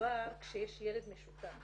כשמדובר שיש ילד משותף.